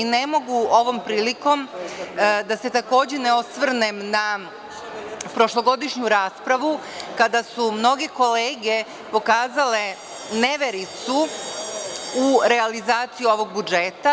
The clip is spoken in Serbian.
Ne mogu ovom prilikom da se takođe ne osvrnem na prošlogodišnju raspravu kada su mnoge kolege pokazale nevericu u realizaciji ovog budžeta.